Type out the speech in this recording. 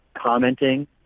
commenting